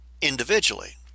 individually